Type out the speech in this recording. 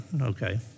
Okay